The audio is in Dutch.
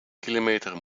kilometer